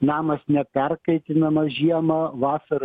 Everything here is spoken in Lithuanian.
namas neperkaitinamas žiemą vasarą